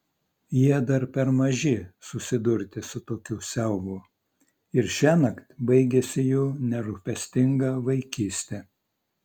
jie dar per maži susidurti su tokiu siaubu ir šiąnakt baigiasi jų nerūpestinga vaikystė